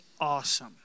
awesome